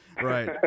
Right